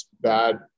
bad